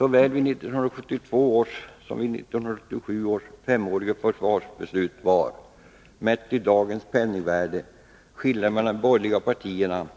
När det gäller såväl 1972 års som 1977 års femåriga försvarsbeslut var — mätt i dagens penningvärde — skillnaden mellan de borgerliga partierna